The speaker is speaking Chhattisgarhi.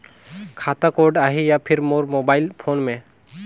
खाता कोड आही या फिर मोर मोबाइल फोन मे?